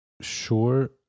sure